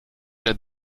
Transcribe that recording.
der